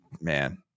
man